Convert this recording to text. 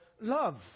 love